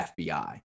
FBI